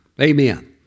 Amen